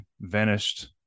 vanished